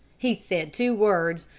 he said two words,